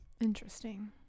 interesting